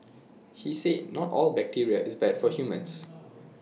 he said not all bacteria is bad for humans